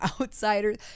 outsiders